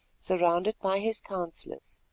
surrounded by his counsellors.